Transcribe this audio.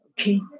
Okay